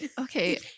Okay